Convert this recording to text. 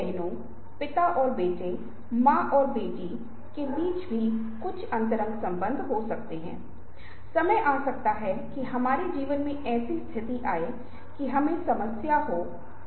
यहाँ एक और चित्र का एक और उदाहरण दिया गया है पहला बाएँ हाथ की ओर एक चीनी लिपि है जिसे हम ऊपर से नीचे तक पढ़ते हैं और दूसरी एक अरबी लिपि है जिसे हम बाएं से दाएं पढ़ते हैं